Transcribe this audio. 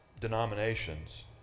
denominations